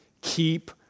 Keep